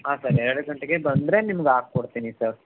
ಹಾಂ ಸರ್ ಎರಡು ಗಂಟೆಗೆ ಬಂದರೆ ನಿಮ್ಗೆ ಹಾಕೊಡ್ತೀನಿ ಸರ್